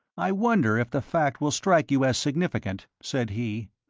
i wonder if the fact will strike you as significant, said he,